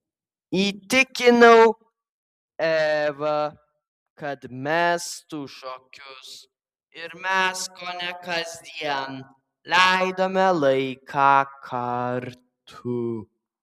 įtikinau evą kad mestų šokius ir mes kone kasdien leidome laiką kartu